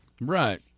Right